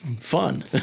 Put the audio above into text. fun